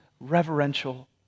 reverential